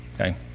okay